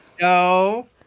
No